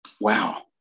wow